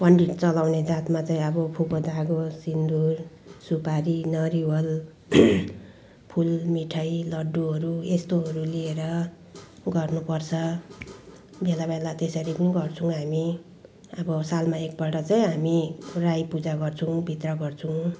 पण्डित चलाउने जातमा चाहिँ अब फुको धागो सिन्दुर सुपारी नरिवल फुल मिठाई लड्डुहरू यस्तोहरू लिएर गर्नुपर्छ बेलाबेला त्यसरी पनि गर्छौँ हामाी अब सालमा एकपल्ट चाहिँ हामी राई पूजा गर्छौँ भित्र गर्छौँ